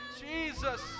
Jesus